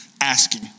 asking